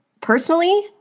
personally